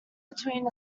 between